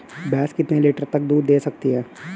भैंस कितने लीटर तक दूध दे सकती है?